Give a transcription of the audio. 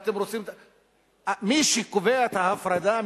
מי שקובע את ההפרדה,